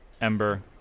Ember